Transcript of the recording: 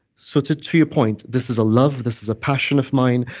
so to to your point, this is a love, this is a passion of mine,